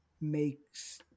makes